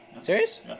Serious